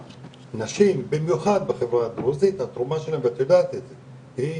נשים במיוחד בחברה הדרוזית התרומה שלהן ואת יודעת את זה היא